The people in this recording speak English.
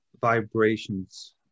vibrations